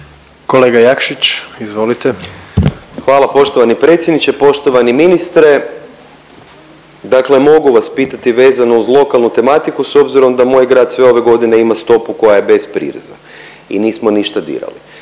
**Jakšić, Mišel (SDP)** Hvala poštovani predsjedniče. Poštovani ministre, dakle mogu vas pitati vezano uz lokalnu tematiku s obzirom da moj grad sve ove godine ima stopu koja je bez prireza i nismo ništa dirali.